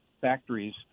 factories